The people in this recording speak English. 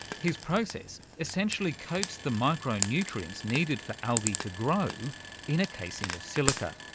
his process essentially coats the micro-nutrients needed for algae to grow in a casing of silica.